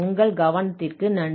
உங்கள் கவனத்திற்கு நன்றி